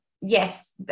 yes